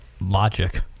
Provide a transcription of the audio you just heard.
Logic